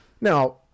Now